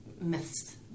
myths